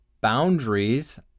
boundaries